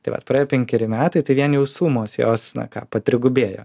tai vat praėjo penkeri metai tai vien jau sumos jos na ką patrigubėjo